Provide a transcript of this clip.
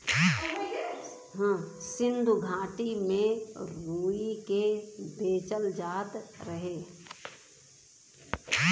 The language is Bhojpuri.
सिन्धु घाटी में रुई के बेचल जात रहे